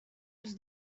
els